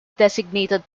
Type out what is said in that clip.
designated